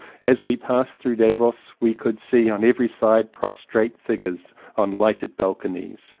as we passed through davos we could see on every side prostrate figures on lighted balconies.